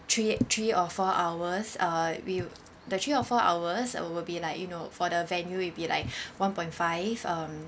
three three or four hours uh we the three or four hours will be like you know for the venue it'd be like one point five um